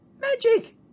Magic